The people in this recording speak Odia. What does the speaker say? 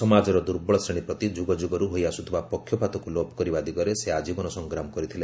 ସମାଜର ଦୁର୍ବଳ ଶ୍ରେଣୀ ପ୍ରତି ଯୁଗଯୁଗରୁ ହୋଇଆସୁଥିବା ପକ୍ଷପାତକୁ ଲୋପ କରିବା ଦିଗରେ ସେ ଆଜୀବନ ସଂଗ୍ରାମ କରିଥିଲେ